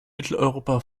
mitteleuropa